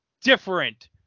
different